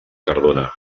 cardona